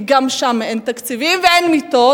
כי גם שם אין תקציבים ואין מיטות,